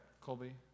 Colby